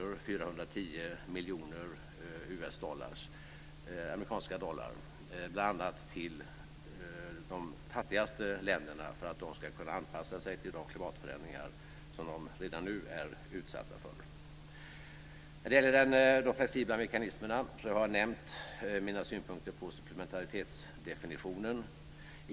Det är fråga om 410 miljoner amerikanska dollar bl.a. till de fattigaste länderna för att de ska kunna anpassa sig till de klimatförändringar som de redan nu är utsatta för. Vad gäller de flexibla mekanismerna har jag nämnt mina synpunkter på supplementaritetsdefinitionen.